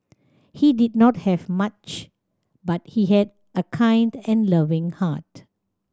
he did not have much but he had a kind and loving heart